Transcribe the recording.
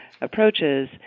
approaches